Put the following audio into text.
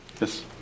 Yes